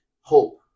hope